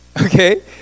Okay